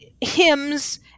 hymns